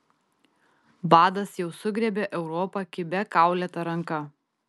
badas jau sugriebė europą kibia kaulėta ranka